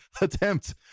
attempt